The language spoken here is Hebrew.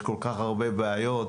יש כל-כך הרבה בעיות.